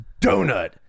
Donut